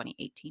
2018